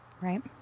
Right